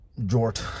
Jort